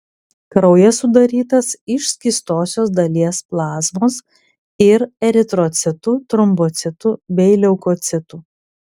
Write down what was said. kraujas sudarytas iš skystosios dalies plazmos ir eritrocitų trombocitų bei leukocitų